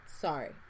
Sorry